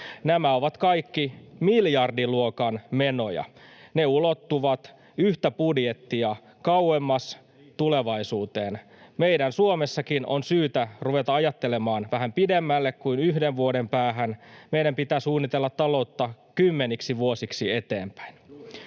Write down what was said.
Nämä ovat kaikki miljardiluokan menoja. Ne ulottuvat yhtä budjettia kauemmas tulevaisuuteen. Meidän Suomessakin on syytä ruveta ajattelemaan vähän pidemmälle kuin yhden vuoden päähän. Meidän pitää suunnitella ta-loutta kymmeniksi vuosiksi eteenpäin.